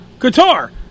guitar